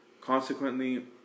Consequently